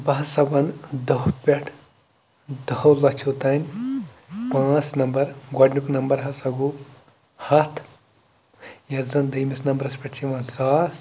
بہٕ ہَسا وَنہٕ دہ پٮ۪ٹھ دٔۂو لَچھو تانۍ پانٛژھ نمبر گۄڈنیُک نمبر ہَسا گوٚو ہَتھ یَتھ زَن دٔیمِس نمبرَس پٮ۪ٹھ چھِ یِوان ساس